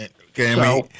Okay